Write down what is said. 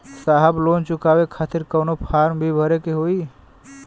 साहब लोन चुकावे खातिर कवनो फार्म भी भरे के होइ?